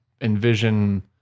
envision